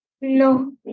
No